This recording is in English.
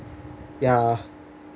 ya